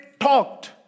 talked